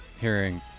hearing